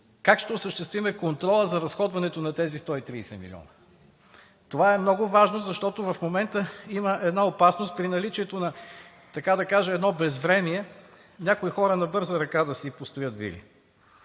как ще осъществим контрола за разходването на тези 130 милиона? Това е много важно, защото в момента има една опасност при наличието на – така да кажа – едно безвремие, някои хора на бърза ръка да си построят вили.